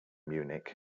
munich